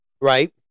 right